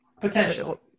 Potential